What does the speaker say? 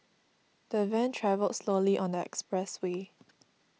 the van travelled slowly on the expressway